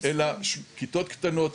אלא כיתות קטנות,